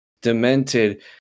demented